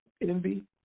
envy